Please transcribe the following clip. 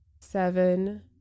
seven